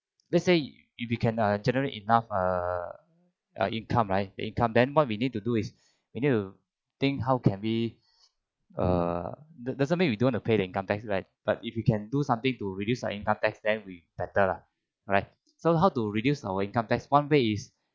let's say if you can uh generate enough err income right err the income then what we need to do is we need to think how can we err the doesn't mean we don't want to pay the income tax right but if you can do something to reduce your income tax then will be better lah right so how to reduce our income tax one way is